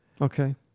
Okay